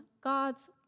God's